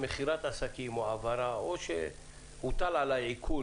במכירת עסקים או העברה או הוטל עליי עיקול